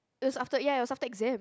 it's after ya it was after exam